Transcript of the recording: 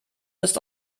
ist